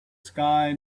sky